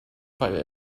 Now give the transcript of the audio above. weil